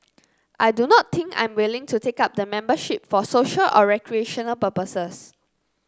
I do not think I am willing to take up the membership for social or recreational purposes